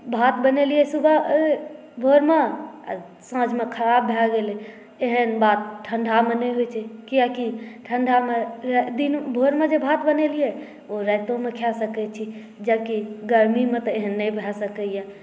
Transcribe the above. भात बनेलिए सुबह भोरमे आ साँझमे ख़राब भए गेलै एहन बात ठंढामे नहि होइ छै कियाकि ठंढामे दिन भोरमे जे भात बनेलिए ओ राइतोमे खा सकै छी जबकि गरमीमे तऽ एहन नहि भए सकै यऽ